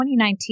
2019